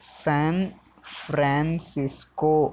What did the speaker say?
San Francisco